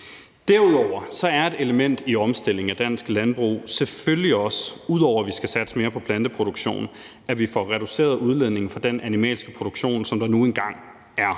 Derudover er et element i omstillingen af dansk landbrug selvfølgelig også – ud over at vi skal satse mere på planteproduktion – at vi får reduceret udledningen fra den animalske produktion, som der nu engang er.